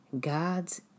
God's